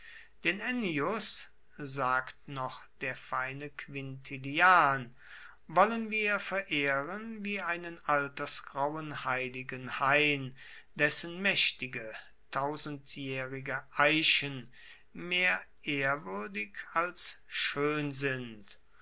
den ennius sagt noch der feine quintilian wollen wir verehren wie einen altersgrauen heiligen hain dessen maechtige tausendjaehrige eichen mehr ehrwuerdig als schoen sind